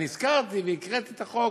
הזכרתי והקראתי את החוק,